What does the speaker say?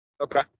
Okay